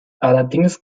allerdings